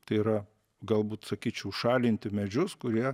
tai yra galbūt sakyčiau šalinti medžius kurie